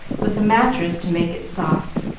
with a mattress to make it soft.